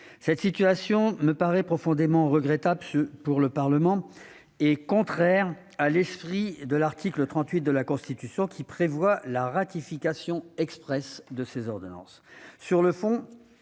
telle situation me paraît profondément regrettable pour le Parlement et contraire à l'esprit de l'article 38 de la Constitution, qui prévoit la ratification expresse des ordonnances.